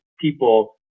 people